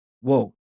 whoa